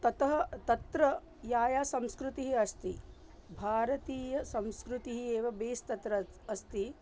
ततः तत्र या या संस्कृतिः अस्ति भारतीयसंस्कृतिः एव बेस् तत्र अस्ति